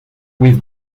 with